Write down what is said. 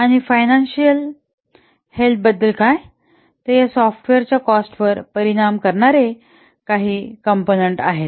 आणि financial health बद्दल काय ते या सॉफ्टवेअरच्या कॉस्टवर परिणाम करणारे काही कॉम्पोनन्ट आहेत